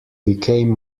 became